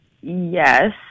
Yes